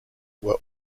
were